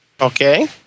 Okay